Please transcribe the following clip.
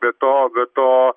be to be to